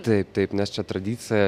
taip taip nes čia tradicija